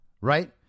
right